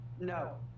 No